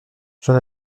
j’en